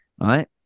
Right